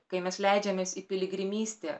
kai mes leidžiamės į piligrimystę